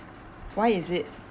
why is it